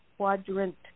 Quadrant